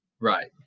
Right